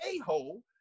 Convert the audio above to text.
a-hole